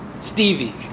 Stevie